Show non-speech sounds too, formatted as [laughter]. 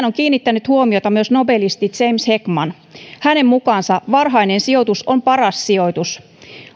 [unintelligible] on kiinnittänyt huomiota myös nobelisti james heckman hänen mukaansa varhainen sijoitus on paras sijoitus